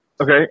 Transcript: okay